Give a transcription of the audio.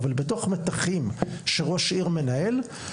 אבל בתוך מתחים שראש עיר מנהל,